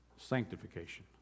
Sanctification